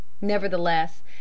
nevertheless